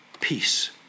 Peace